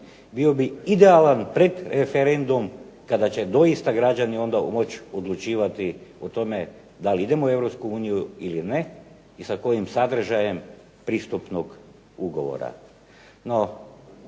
bio bi idealan pred referendum kada će doista građani onda moći odlučivati o tome da li idemo u Europsku uniju ili ne i sa kojim sadržajem pristupnog ugovora.